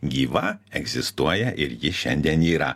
gyva egzistuoja ir ji šiandien yra